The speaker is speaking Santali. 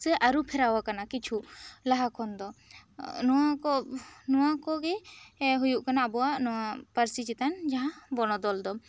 ᱥᱮ ᱟᱹᱨᱩ ᱯᱷᱮᱨᱟᱣ ᱠᱟᱱᱟ ᱠᱤᱪᱷᱩ ᱞᱟᱦᱟ ᱠᱷᱚᱱ ᱫᱚ ᱱᱚᱣᱟ ᱠᱚ ᱱᱚᱣᱟ ᱠᱚᱜᱮ ᱦᱩᱭᱩᱜ ᱠᱟᱱᱟ ᱟᱵᱚᱣᱟᱜ ᱱᱚᱣᱟ ᱯᱟᱹᱨᱥᱤ ᱪᱮᱛᱟᱱ ᱡᱟᱦᱟᱸ ᱵᱚᱱᱚᱫᱚᱞ ᱫᱚ